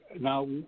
now